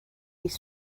mis